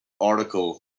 article